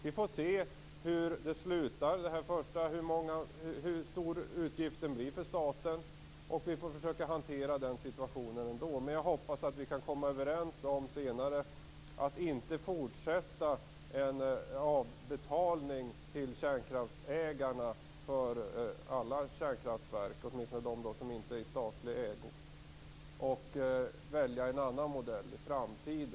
Vi får se hur det slutar, hur stor utgiften blir för staten, och får försöka hantera den situationen ändå. Men jag hoppas att vi senare kan komma överens om att inte fortsätta med avbetalning till kärnkraftsägarna för alla kärnkraftverk, åtminstone de som inte är i statlig ägo, utan välja en annan modell i framtiden.